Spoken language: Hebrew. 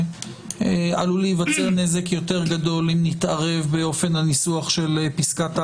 שעלול להיווצר נזק יותר גדול אם נתערב באופן הניסוח של פסקת ההגבלה.